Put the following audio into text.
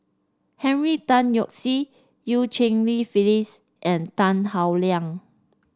Henry Tan Yoke See Eu Cheng Li Phyllis and Tan Howe Liang